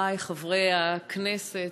חברי חברי הכנסת,